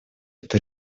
эту